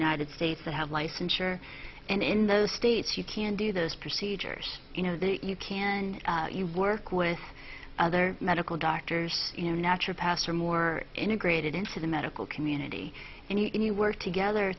united states that have licensure and in those states you can do those procedures you know that you can you work with other medical doctors you know natural passed or more integrated into the medical community and you work together